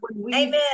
amen